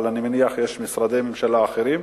אבל אני מניח שיש משרדי ממשלה אחרים.